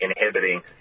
inhibiting